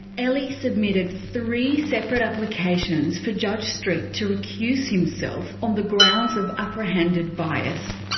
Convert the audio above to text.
elee submitted three separate applications for judge street to recuse himself on the grounds of apprehended bias.